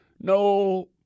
No